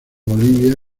bolivia